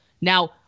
Now